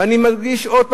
ואני מדגיש שוב,